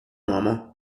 uomo